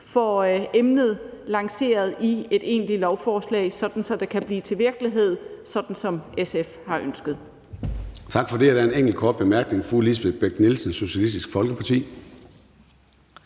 får emnet lanceret i et egentligt lovforslag, sådan at det kan blive til virkelighed, som SF har ønsket.